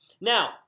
Now